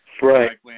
Right